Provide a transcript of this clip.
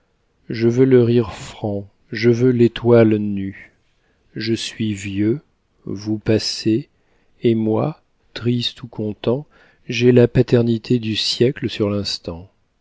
je veux le rire franc je veux l'étoile nue je suis vieux vous passez et moi triste ou content j'ai la paternité du siècle sur l'instant